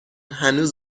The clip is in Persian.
هنوز